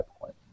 point